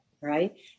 right